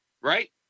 right